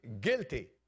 guilty